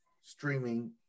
streaming